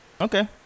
Okay